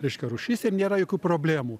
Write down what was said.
reiškia rūšis ir nėra jokių problemų